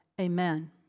Amen